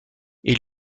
est